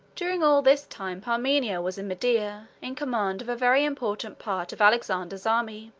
during all this time parmenio was in media, in command of a very important part of alexander's army.